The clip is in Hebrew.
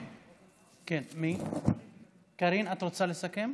קארין, את רוצה לסכם?